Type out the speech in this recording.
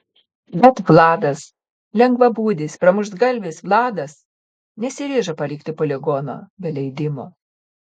bet vladas lengvabūdis pramuštgalvis vladas nesiryžo palikti poligono be leidimo